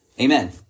amen